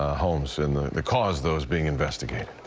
ah homes in because those being investigated.